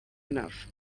enough